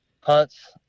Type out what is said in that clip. hunts